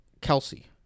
Kelsey